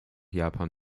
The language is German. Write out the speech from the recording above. japan